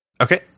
Okay